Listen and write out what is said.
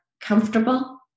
comfortable